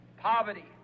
Poverty